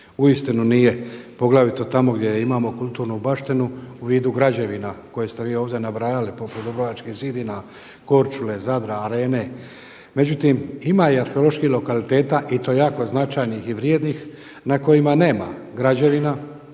uistinu nije poglavito tamo gdje imamo kulturnu baštinu u vidu građevina koje ste vi ovdje nabrajali poput dubrovačkih zidina, Korčule, Zadra, Arene. Međutim, ima i arheoloških lokaliteta i to jako značajnih i vrijednih na kojima nema građevina